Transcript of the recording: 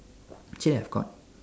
actually I've got